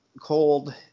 cold